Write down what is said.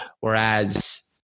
Whereas –